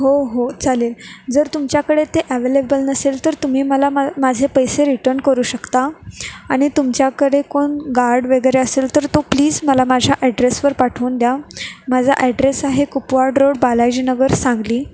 हो हो चालेल जर तुमच्याकडे ते ॲवेलेबल नसेल तर तुम्ही मला मा माझे पैसे रिटर्न करू शकता आणि तुमच्याकडे कोण गार्ड वगैरे असेल तर तो प्लीज मला माझ्या ॲड्रेसवर पाठवून द्या माझा ॲड्रेस आहे कुपवाड रोड बालाजीनगर सांगली